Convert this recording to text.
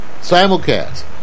Simulcast